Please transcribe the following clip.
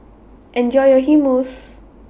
Enjoy your Hummus